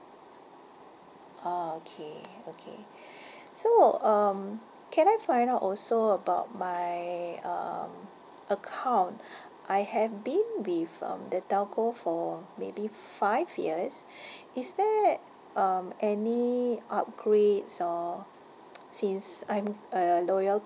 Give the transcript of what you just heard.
orh okay okay so um can I find out also about my um account I have been with um the telco for maybe five years is there um any upgrades or since I'm a loyal